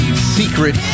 Secret